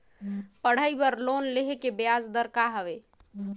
पढ़ाई बर लोन लेहे के ब्याज दर का हवे?